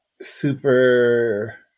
super